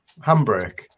handbrake